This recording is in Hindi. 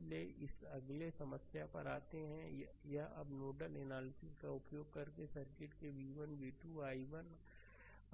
इसलिएइस अगले समस्या पर आते है यह अब नोडल एनालिसिस का उपयोग करके सर्किट के v1 v2 i1